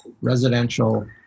Residential